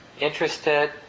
interested